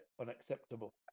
Unacceptable